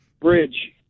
bridge